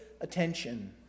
attention